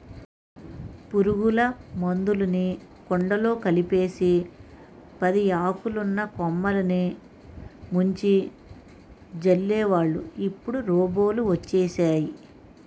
పురుగుల మందులుని కుండలో కలిపేసి పదియాకులున్న కొమ్మలిని ముంచి జల్లేవాళ్ళు ఇప్పుడు రోబోలు వచ్చేసేయ్